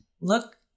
look